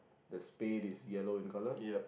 the spade is yellow in colour